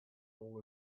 rule